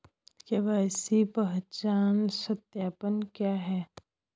KYC पहचान सत्यापन क्या है?